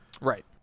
Right